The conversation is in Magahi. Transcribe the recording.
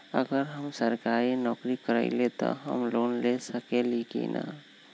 अगर हम सरकारी नौकरी करईले त हम लोन ले सकेली की न?